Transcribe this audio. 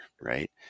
right